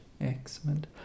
excellent